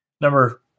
Number